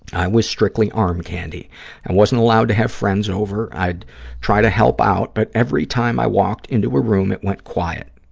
i was strictly arm candy. i and wasn't allowed to have friends over. i'd try to help out, but every time i walked into a room, it went quiet.